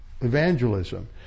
evangelism